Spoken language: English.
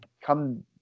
come